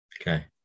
Okay